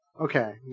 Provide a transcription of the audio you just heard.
Okay